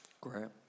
Great